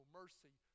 mercy